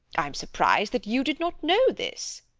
i'm surprised that you did not know this.